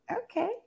Okay